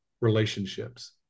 relationships